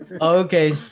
okay